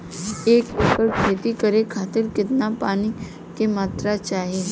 एक एकड़ खेती करे खातिर कितना पानी के मात्रा चाही?